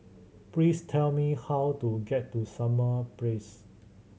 please tell me how to get to Summer Place